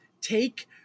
take